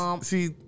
See